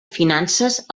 finances